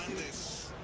this